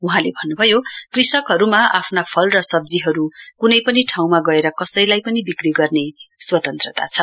वहाँले भन्नुभयो कृषकहरूमा आफ्नो फल र सब्जीहरू कुनै पनि ठाउमा गएर कसैलाई पनि विक्री गर्ने स्वतन्त्रता छ